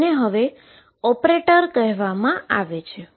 જેને હવે ઓપરેટર કહેવામાં આવે છે